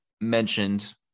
mentioned